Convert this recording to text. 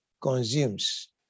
consumes